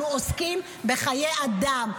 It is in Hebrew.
אנחנו עוסקים בחיי אדם.